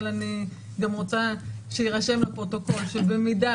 אבל אני גם רוצה שיירשם לפרוטוקול שבמידה